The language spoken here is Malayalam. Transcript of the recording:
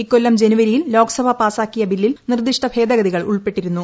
ഇക്കൊല്ലം ജനുവരിയിൽ ലോക്സഭ പാസാക്കിയ ബില്ലിൽ നിർദ്ദിഷ്ട ഭേഗദതികൾ ഉൾപ്പെട്ടിരുന്നു